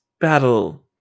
battle